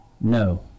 No